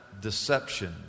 deception